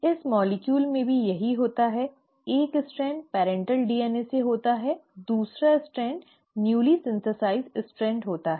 इस अणु में भी यही होता है एक स्ट्रैंड पर्इन्टल डीएनए से होता है दूसरा स्ट्रैंड नव संश्लेषित स्ट्रैंड होता है